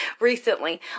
recently